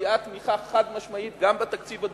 מביעה תמיכה חד-משמעית גם בתקציב הדו-שנתי,